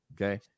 okay